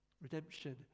Redemption